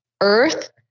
earth